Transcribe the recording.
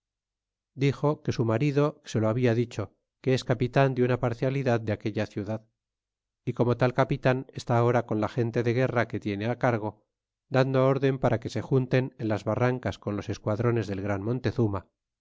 dixo que su marido se lo habita dicho que es capitan de una parcialidad de aquella ciudad y como tal capital está ahora con la gente de guerra que tiene á cargo dando órden para que se junten en las barrancas con los es quadrones del gran montezuma